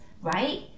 right